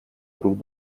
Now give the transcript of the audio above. друг